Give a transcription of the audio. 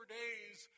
days